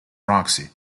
roxy